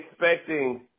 expecting